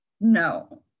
no